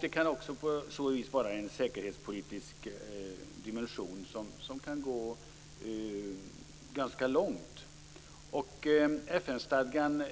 Det kan också på så sätt vara en säkerhetspolitisk dimension, som kan gå ganska långt. FN-stadgan